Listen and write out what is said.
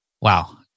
Wow